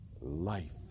Life